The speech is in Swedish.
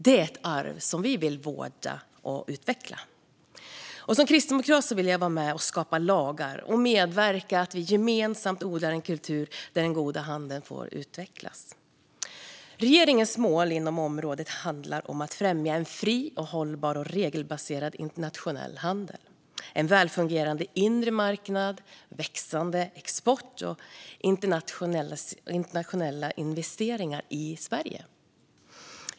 Det är ett arv vi vill vårda och utveckla. Som kristdemokrat vill jag vara med och skapa lagar och medverka till att vi gemensamt odlar en kultur där den goda handeln får utvecklas. Regeringens mål inom området handlar om att främja en fri, hållbar och regelbaserad internationell handel, en välfungerande inre marknad, växande export och internationella investeringar i Sverige.